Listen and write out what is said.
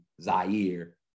Zaire